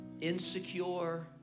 insecure